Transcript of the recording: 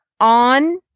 on